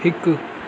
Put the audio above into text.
हिकु